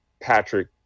Patrick